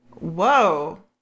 Whoa